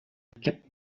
kept